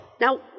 Now